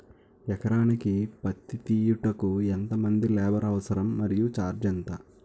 ఎకరానికి పత్తి తీయుటకు ఎంత మంది లేబర్ అవసరం? మరియు ఛార్జ్ ఎంత?